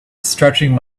stretching